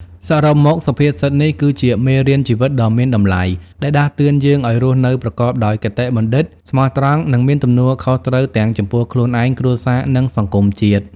សរុបមក សុភាសិតនេះគឺជាមេរៀនជីវិតដ៏មានតម្លៃ ដែលដាស់តឿនយើងឱ្យរស់នៅប្រកបដោយគតិបណ្ឌិត ស្មោះត្រង់ និងមានទំនួលខុសត្រូវទាំងចំពោះខ្លួនឯង គ្រួសារ និងសង្គមជាតិ។